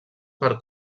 per